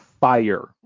fire